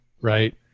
right